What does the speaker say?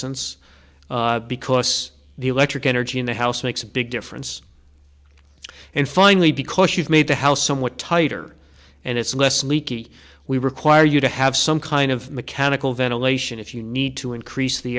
fluorescents because the electric energy in the house makes a big difference and finally because you've made the house somewhat tighter and it's less leaky we require you to have some kind of mechanical ventilation if you need to increase the